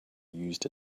used